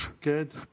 good